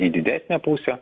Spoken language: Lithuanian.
į didesnę pusę